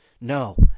No